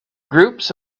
groups